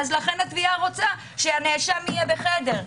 אז הנאשם רוצה שהנאשם יהיה בחדר.